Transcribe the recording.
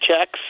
checks